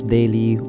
Daily